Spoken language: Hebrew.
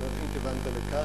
אני לא יודע אם כיוונת לכך.